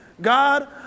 God